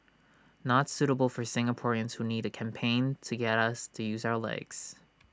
not suitable for Singaporeans who need A campaign to get us to use our legs